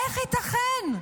איך ייתכן?